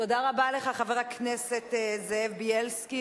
תודה רבה לך, חבר הכנסת זאב בילסקי.